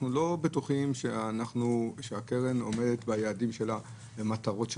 אנחנו לא בטוחים שהקרן עומדת ביעדים שלה ובמטרות שלה.